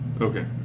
Okay